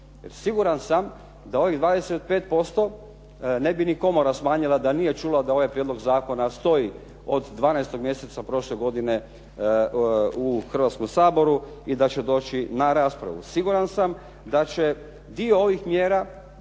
siguran sam da ovih 25% ne bi ni komora smanjila da nije čula da ovaj prijedlog zakona stoji od 12. mjeseca prošle godine u Hrvatskom saboru i da će doći na raspravu. Siguran sam da će dio ovih mjera,